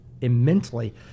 immensely